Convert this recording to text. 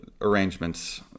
arrangements